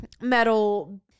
metal